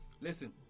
Listen